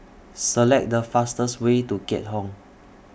Select The fastest Way to Keat Hong